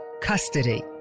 custody